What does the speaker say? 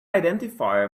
identifier